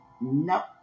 Nope